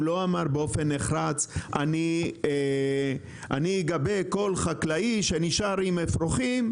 הוא לא אמר באופן נחרץ אני אגבה כל חקלאי שנשאר עם אפרוחים.